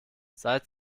seit